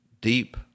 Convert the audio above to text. deep